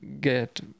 get